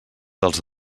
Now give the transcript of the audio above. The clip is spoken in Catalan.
dels